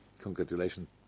congratulations